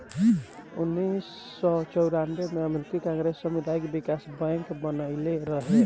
उनऽइस सौ चौरानबे में अमेरिकी कांग्रेस सामुदायिक बिकास बैंक बनइले रहे